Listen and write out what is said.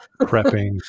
Prepping